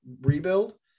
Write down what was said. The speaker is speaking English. rebuild